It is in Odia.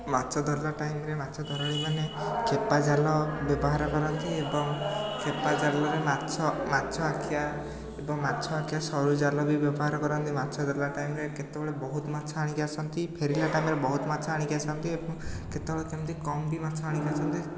ମାଛ ଧରିବା ଟାଇମ୍ରେ ମାଛ ଧରାଳି ମାନେଖେ ଖେପା ଜାଲ ବ୍ୟବହାର କରନ୍ତି ଏବଂ ଖେପା ଖେପା ଜାଲରେ ମାଛ ଆଖିଆ ଏବଂ ମାଛ ଆଖିଆ ସରୁ ଜାଲ ବି ବ୍ୟବହାର କରନ୍ତି ମାଛ ଧରିଲା ଟାଇମ୍ରେ କେତେବେଳେ ବହୁତ ମାଛ ଆଣିକି ଆସନ୍ତି ଫେରିଲା ଟାଇମ୍ରେ ବହୁତ ମାଛ ଆଣିକି ଆସନ୍ତି ଏବଂ କେତେବେଳେ କେମିତି କମ୍ ବି ଆଣିକି ଆସନ୍ତି